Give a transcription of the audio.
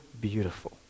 beautiful